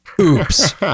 Oops